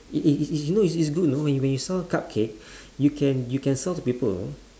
it it it's you know it's good you know when you serve cupcake you can you can sell to people you know